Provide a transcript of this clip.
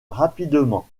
rapidement